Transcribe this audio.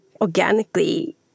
organically